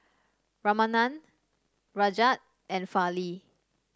Ramanand Rajat and Fali